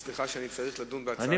סליחה שאני צריך לדון בהצעה שלי,